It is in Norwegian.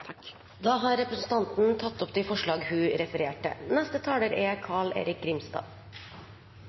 har da tatt opp de forslagene hun refererte